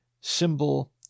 symbol